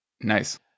Nice